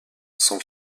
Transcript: son